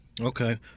Okay